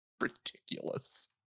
Ridiculous